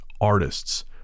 artists